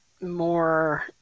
more